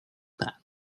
pan